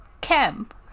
camp